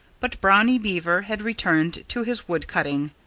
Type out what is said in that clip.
but brownie beaver had returned to his wood-cutting.